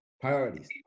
Priorities